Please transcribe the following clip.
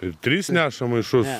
ir trys neša maišus